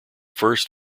first